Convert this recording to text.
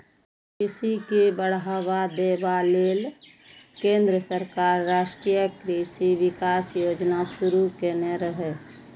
कृषि के बढ़ावा देबा लेल केंद्र सरकार राष्ट्रीय कृषि विकास योजना शुरू केने रहै